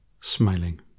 Smiling